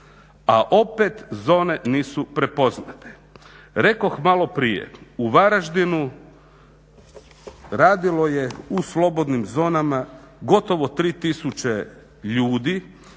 a opet zone nisu prepoznate. Rekoh malo prije u Varaždinu radilo je u slobodnim zonama gotovo tri